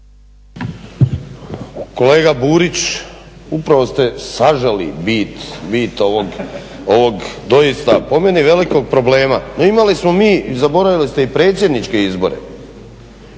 Kolega Burić, upravo ste saželi bit ovog doista po meni velikog problema. Imali smo mi zaboravili ste i predsjedničke izbore